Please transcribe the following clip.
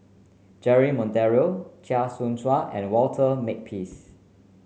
Jeremy Monteiro Chia Choo Suan and Walter Makepeace